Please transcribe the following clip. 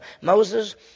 Moses